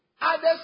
Others